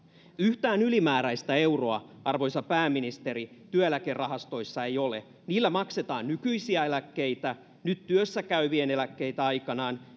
yhtään ylimääräistä euroa arvoisa pääministeri työeläkerahastoissa ei ole niillä maksetaan nykyisiä eläkkeitä nyt työssä käyvien eläkkeitä aikanaan